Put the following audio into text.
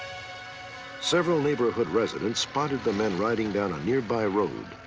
several neighborhood residents spotted the men riding down a nearby road,